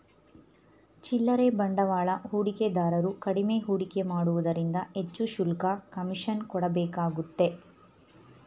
ಚಿಲ್ಲರೆ ಬಂಡವಾಳ ಹೂಡಿಕೆದಾರರು ಕಡಿಮೆ ಹೂಡಿಕೆ ಮಾಡುವುದರಿಂದ ಹೆಚ್ಚು ಶುಲ್ಕ, ಕಮಿಷನ್ ಕೊಡಬೇಕಾಗುತ್ತೆ